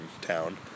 town